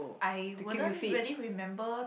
I wouldn't really remember